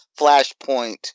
Flashpoint